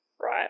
Right